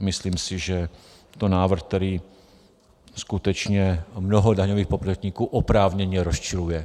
Myslím si, že je to návrh, který skutečně mnoho daňových poplatníků oprávněně rozčiluje.